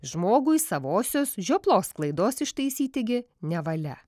žmogui savosios žioplos klaidos ištaisyti gi nevalia